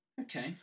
Okay